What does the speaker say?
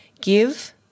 give